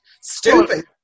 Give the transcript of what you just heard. stupid